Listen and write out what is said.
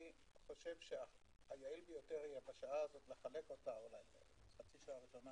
אני חושב שהיעיל ביותר שבחצי השעה ראשונה